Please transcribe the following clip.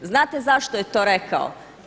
Znate zašto je to rekao?